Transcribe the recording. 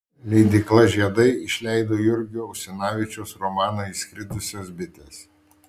leidykla žiedai išleido jurgio usinavičiaus romaną išskridusios bitės